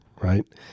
right